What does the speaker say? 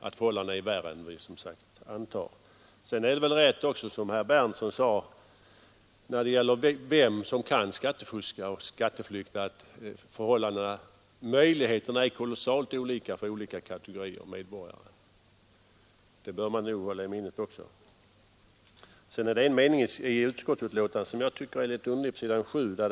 När det gäller frågan om vilka som kan skattefuska och skatteflykta är det säkert riktigt som herr Berndtson sade att möjligheterna är kolossalt olika för olika kategorier medborgare. Det bör man nog också hålla i minnet. En mening på s. 7 i utskottsbetänkandet tycker jag är litet underlig.